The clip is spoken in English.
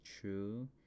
true